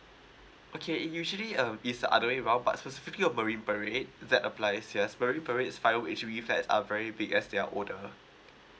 okay usually um is the other way round but specifically of marine parade that applies yes marine parade five room H_D_B flat are very big as they're older